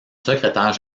secrétaire